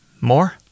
More